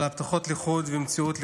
אבל הבטחות לחוד ומציאות לחוד.